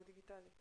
הוא דיגיטלי.